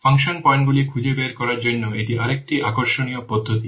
function পয়েন্টগুলি খুঁজে বের করার জন্য এটি আরেকটি আকর্ষণীয় পদ্ধতি